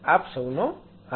આપ સૌનો આભાર